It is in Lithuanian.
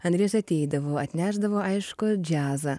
andrėjus ateidavo atnešdavo aišku džiazą